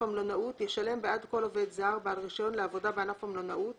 המלונאות ישלם בעד כל עובד זר בעל רישיון לעבודה בענף המלונאות